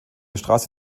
straße